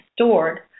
stored